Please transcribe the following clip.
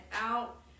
out